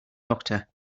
doctor